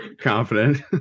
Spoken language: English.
confident